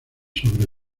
sobre